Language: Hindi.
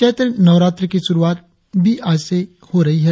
चैत्र नवरात्र की शुरुआत भी आज से ही होती है